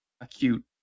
acute